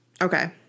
Okay